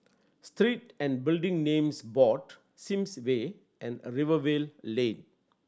Street and Building Names Board Sims Way and Rivervale Lane